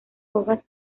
hojas